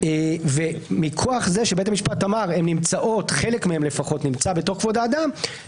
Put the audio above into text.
חווארה, ושותק, אבל בתל אביב יש לו מה לומר.